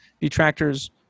detractors